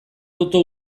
auto